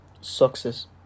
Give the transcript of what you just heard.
success